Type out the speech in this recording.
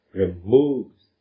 removes